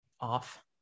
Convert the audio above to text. off